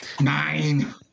Nine